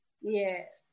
Yes